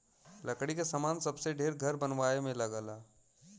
लकड़ी क सामान सबसे ढेर घर बनवाए में लगला